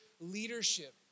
leadership